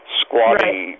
squatting